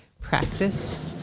practice